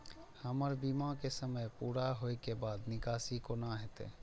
हमर बीमा के समय पुरा होय के बाद निकासी कोना हेतै?